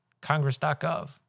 Congress.gov